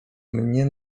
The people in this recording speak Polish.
mnie